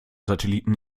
satelliten